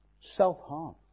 Self-harm